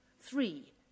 Three